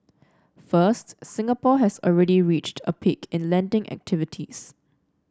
first Singapore has already reached a peak in lending activities